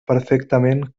perfectament